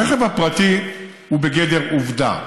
הרכב הפרטי הוא בגדר עובדה.